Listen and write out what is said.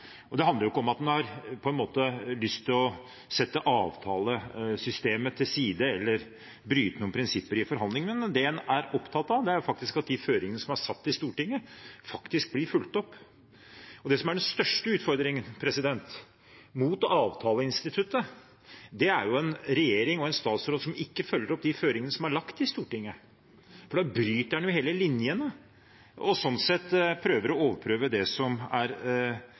Det handler ikke om at en har lyst til å sette avtalesystemet til side eller bryte noen prinsipper i forhandlingene, men det en er opptatt av, er at de føringene som er satt i Stortinget, faktisk blir fulgt opp. Det som er den største utfordringen mot avtaleinstituttet, er jo en regjering og en statsråd som ikke følger opp de føringene som er lagt i Stortinget, for da bryter en hele linjene og prøver å overprøve det som er